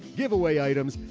giveaway items,